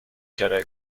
کرایه